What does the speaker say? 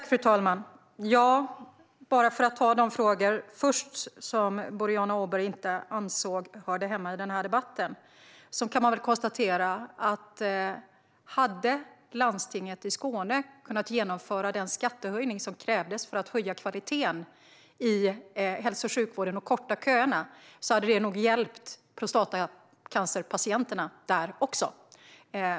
Fru talman! Jag ska först ta de frågor som Boriana Åberg inte ansåg hörde hemma i den här debatten. Man kan konstatera att hade landstinget i Skåne kunnat genomföra den skattehöjning som krävdes för att kunna höja kvaliteten i hälso och sjukvården och korta köerna hade det nog också hjälpt prostatacancerpatienterna där.